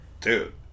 Dude